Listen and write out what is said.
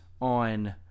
on